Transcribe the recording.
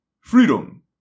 Freedom